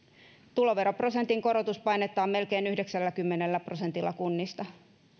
tuloveroprosentin korotuspainetta on melkein yhdeksälläkymmenellä prosentilla kunnista